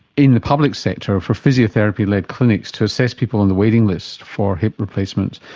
in the public sector for physiotherapy-led clinics to assess people on the waiting list for hip replacements,